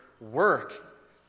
work